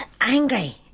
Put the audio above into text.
angry